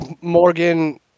Morgan